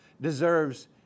deserves